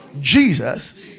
Jesus